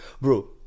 bro